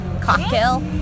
cocktail